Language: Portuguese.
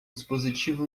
dispositivo